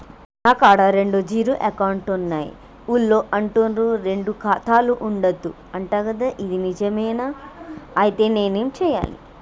నా కాడా రెండు జీరో అకౌంట్లున్నాయి ఊళ్ళో అంటుర్రు రెండు ఖాతాలు ఉండద్దు అంట గదా ఇది నిజమేనా? ఐతే నేనేం చేయాలే?